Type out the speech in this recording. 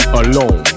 alone